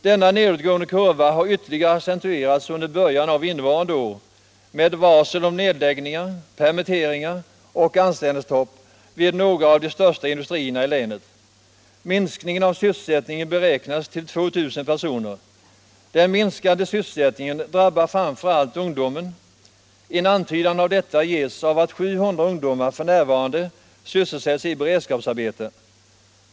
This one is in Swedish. Denna nedåtgående kurva har ytterligare accentuerats under början av innevarande år med varsel om nedläggningar, permitteringar och anställningsstopp vid några av de största industrierna i länet. Minskningen av sysselsättningen beräknas till 2 000 personer. Den minskade sysselsättningen drabbar framför allt ungdomen. En antydan om detta ges av att 700 ungdomar f. n. sysselsätts i beredskapsarbete.